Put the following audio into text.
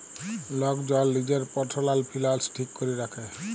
lock জল লিজের পারসলাল ফিলালস ঠিক ক্যরে রাখে